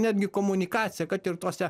netgi komunikaciją kad ir tose